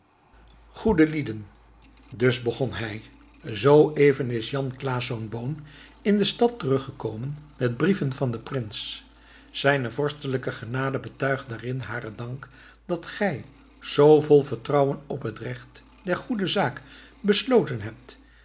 goede lieden dus begon hij zoo even is jan claesz boon in de stad terug gekomen met brieven van den prins zijne vorstelijke genade betuigt daarin haren dank dat gij zoo vol vertrouwen op het recht der goede zaak besloten hebt